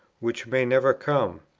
which may never come?